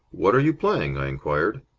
what are you playing? i inquired.